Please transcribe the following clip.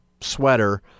sweater